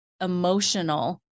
emotional